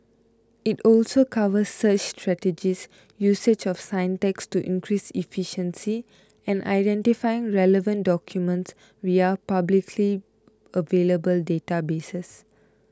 it also covers search strategies usage of syntax to increase efficiency and identifying relevant documents via publicly available databases